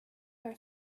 her